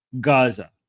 Gaza